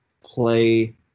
play